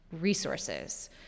resources